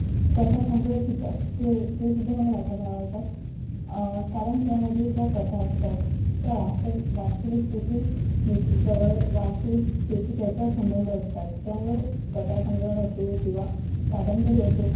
कथा संग्रहसुद्धा ते ते सुद्धा मला वाचायला आवडतात कारण त्यामध्ये ज्या कथा असतात त्या वास्तव वास्तविकतेशी निग जवळ वास्तविकतेशी त्याचा संबंध असतात त्यामुळं कथा संग्रह असो किंवा कादंबरी असो